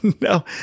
No